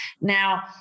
Now